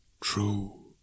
true